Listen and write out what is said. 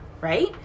right